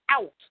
out